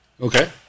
Okay